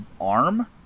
arm